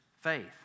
faith